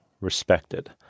respected